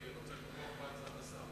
אני רוצה לתמוך בהצעת השר.